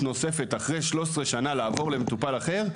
נוספת אחרי 13 שנים לעבור למטופל אחר,